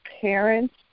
parents